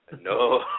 No